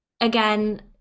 again